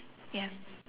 ya